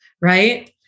Right